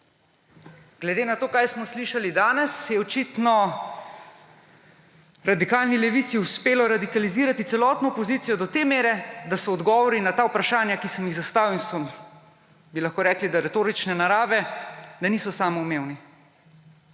Glede na to, kaj smo slišali danes, je očitno radikalni levici uspelo radikalizirati celotno opozicijo do te mere, da odgovori na ta vprašanja, ki sem jih zastavil in so, bi lahko rekli, retorične narave, niso samoumevni.